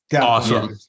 awesome